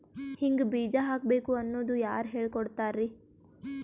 ಹಿಂಗ್ ಬೀಜ ಹಾಕ್ಬೇಕು ಅನ್ನೋದು ಯಾರ್ ಹೇಳ್ಕೊಡ್ತಾರಿ?